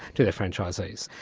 to their franchisees.